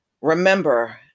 Remember